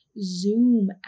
zoom